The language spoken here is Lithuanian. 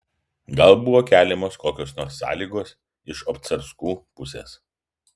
gal buvo keliamos kokios nors sąlygos iš obcarskų pusės